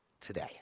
today